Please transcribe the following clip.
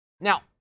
Now